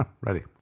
ready